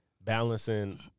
balancing